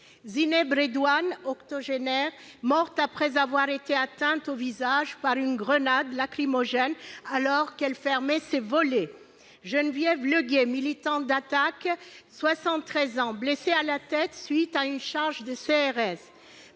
Zineb Redouane, octogénaire, morte après avoir été atteinte au visage par une grenade lacrymogène alors qu'elle fermait ses volets. Geneviève Legay, militante d'Attac, 73 ans, blessée à la tête à la suite d'une charge de CRS.